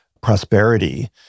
prosperity